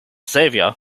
xavier